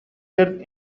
years